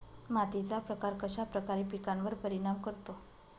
मातीचा प्रकार कश्याप्रकारे पिकांवर परिणाम करतो?